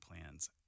plans